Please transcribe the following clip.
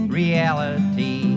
reality